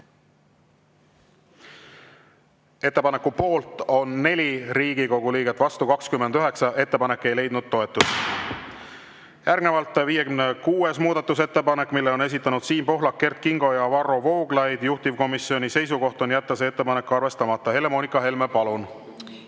Ettepaneku poolt on 2, vastu 27 Riigikogu liiget. Ettepanek ei leidnud toetust. Järgnevalt 58. muudatusettepanek, mille on esitanud Siim Pohlak, Kert Kingo ja Varro Vooglaid. Juhtivkomisjoni seisukoht on jätta see arvestamata. Helle‑Moonika Helme, palun!